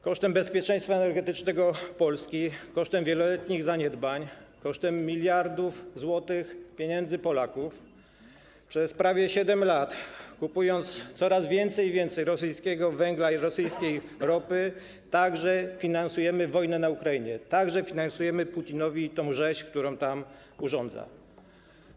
Kosztem bezpieczeństwa energetycznego Polski, kosztem wieloletnich zaniedbań, kosztem miliardów złotych, pieniędzy Polaków przez prawie 7 lat, kupując coraz więcej i więcej rosyjskiego węgla i rosyjskiej ropy, także finansujemy wojnę na Ukrainie, także finansujemy Putinowi tę rzeź, którą tam urządza.